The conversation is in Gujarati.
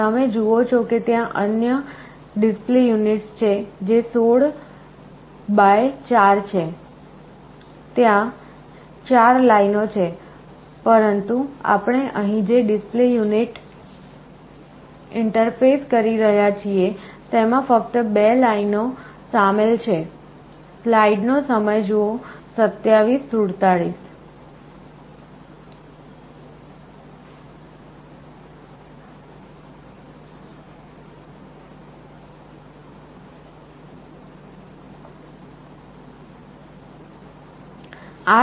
તમે જુઓ છો કે ત્યાં અન્ય ડિસ્પ્લે યુનિટ્સ છે જે 16 બાય 4 છે ત્યાં 4 લાઇનો છે પરંતુ આપણે અહીં જે ડિસ્પ્લે યુનિટ ઇન્ટરફેસ કરી રહ્યાં છીએ તેમાં ફક્ત 2 લાઈનો સામેલ છે